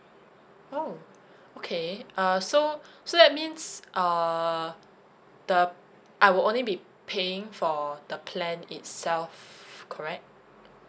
oh okay uh so so that means uh the I will only be paying for the plan itself correct